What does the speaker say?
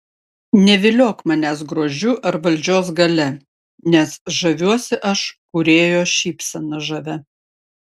neviliok manęs grožiu ar valdžios galia nes žaviuosi aš kūrėjo šypsena žavia